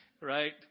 Right